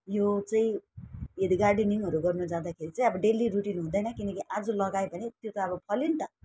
यो चाहिँ यदि गार्डनिङहरू गर्नु जाँदाखेरि चाहिँ अब डेली रुटिन हुँदैन किनकि आज लगायो भने त्यो त अब फल्यो नि त